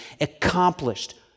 accomplished